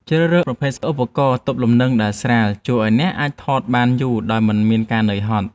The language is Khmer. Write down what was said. ជ្រើសរើសប្រភេទឧបករណ៍ទប់លំនឹងដែលស្រាលជួយឱ្យអ្នកអាចថតបានយូរដោយមិនមានការហត់នឿយ។